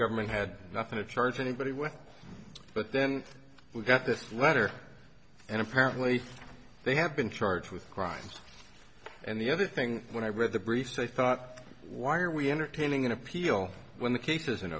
government had nothing to charge anybody with but then we got this letter and apparently they have been charged with crimes and the other thing when i read the briefs i thought why are we entertaining an appeal when the case isn't